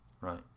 Right